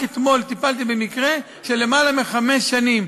רק אתמול טיפלתי במקרה של למעלה מחמש שנים,